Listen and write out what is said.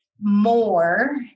more